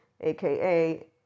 aka